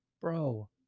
Bro